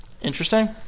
Interesting